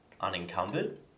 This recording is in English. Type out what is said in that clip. unencumbered